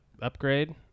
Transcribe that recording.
upgrade